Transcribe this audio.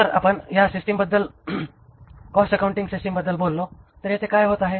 जर आपण या सिस्टिमबद्दल कॉस्ट अकाउंटिंग सिस्टिमबद्दल बोललो तर येथे काय होत आहे